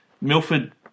Milford